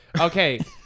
Okay